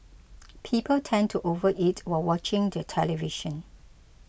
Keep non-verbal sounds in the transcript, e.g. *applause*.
*noise* people tend to overeat while watching the television